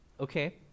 Okay